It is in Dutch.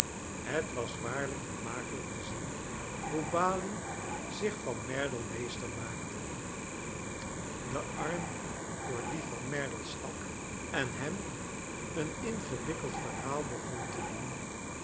het was waarlijk vermakelijk te zien hce balie zich van merdle mees den arm door dien van merdle stak en hem een ingewikkeld verhaal begon te doen